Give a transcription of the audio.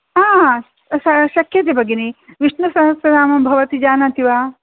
हा श शक्यते भगिनि विष्णुसहस्रनाम भवती जानाति वा